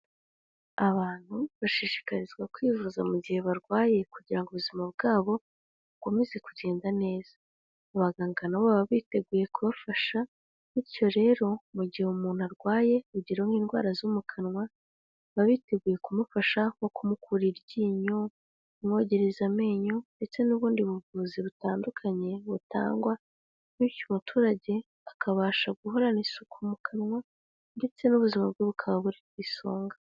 Abantu bashishikarizwa kwivuza mu gihe barwaye kugira ubuzima bwabo, bukomeze kugenda neza. Abaganga nabo baba biteguye kubafasha, bityo rero mu gihe umuntu arwaye, urugero nk'indwara zo mu kanwa, baba biteguye kumufasha nko kumukura iryinyo, kumwogereza amenyo ndetse n'ubundi buvuzi butandukanye butangwa, bityo umuturage akabasha guhorana isuku mu kanwa ndetse n'ubuzima bwe bukaba buri ku isonga.